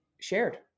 shared